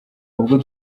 ubwo